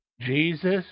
Jesus